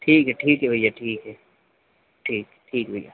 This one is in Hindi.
ठीक है ठीक है भैया ठीक है ठीक ठीक है भैया